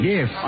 Yes